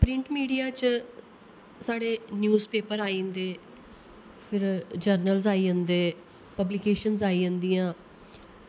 print media च साढ़े newspaper आई जंदे फिर जर्नल्स आई जंदे पब्लिकेशन्स आई जंदियां